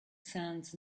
sounds